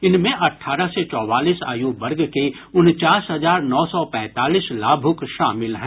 इनमें अठारह से चौवालीस आयु वर्ग के उनचास हजार नौ सौ पैंतालीस लाभुक शामिल हैं